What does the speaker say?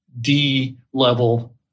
D-level